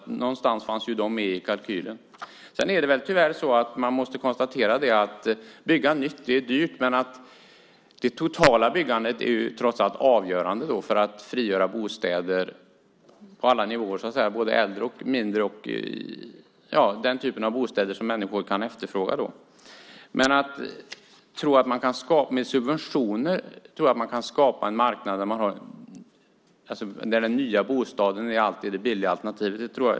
Någonstans fanns subventionerna med i kalkylen. Man måste också konstatera att det tyvärr är dyrt att bygga nytt. Men trots allt är det totala byggandet avgörande för att man ska kunna frigöra bostäder som människor kan efterfråga, antingen det gäller bostäder för äldre eller yngre. Men jag tror inte att det är möjligt att med subventioner skapa en marknad där den nya bostaden alltid är det billiga alternativet.